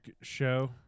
show